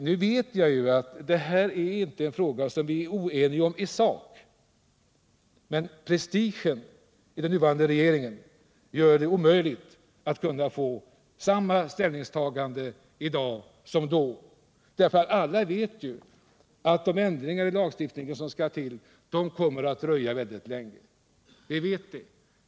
Nu vet jag att detta inte är en fråga som vi är oeniga om i sak, men på grund av regeringens sammansättning spelar prestigen här en stor roll och gör det omöjligt att få samma ställningstagande i dag som då. Alla vet att de ändringar i lagstiftningen som behövs kommer att dröja länge.